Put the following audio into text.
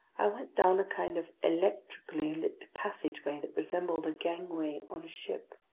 i went down a kind of electrically lit passageway that resembled a gangway on a ship.